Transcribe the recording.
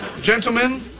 Gentlemen